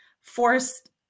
forced